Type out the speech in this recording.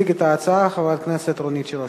תציג את ההצעה חברת הכנסת רונית תירוש.